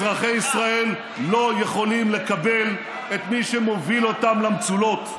אזרחי ישראל לא יכולים לקבל את מי שמוביל אותם למצולות.